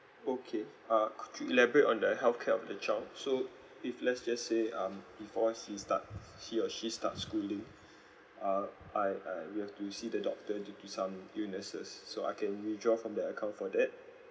okay uh could you elaborate on the healthcare of the child so if let's just say um before she start he or she starts schooling uh I I we have to see the doctor due to some illnesses so I can withdraw from the account for that